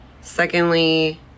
Secondly